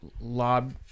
lob